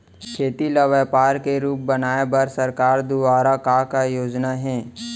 खेती ल व्यापार के रूप बनाये बर सरकार दुवारा का का योजना हे?